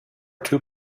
two